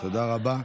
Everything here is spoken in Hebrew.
תודה רבה.